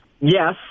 Yes